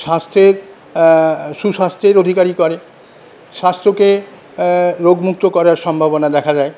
স্বাস্থ্যের সুস্বাস্থ্যের অধিকারী করে স্বাস্থ্যকে রোগ মুক্ত করার সম্ভবনা দেখা দেয়